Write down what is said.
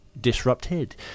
Disrupted